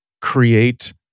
create